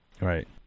Right